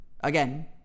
Again